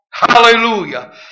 Hallelujah